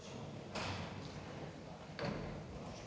Tak